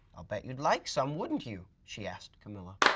ah bet you'd like some, wouldn't you? she asked camilla.